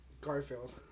Garfield